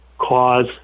cause